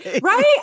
Right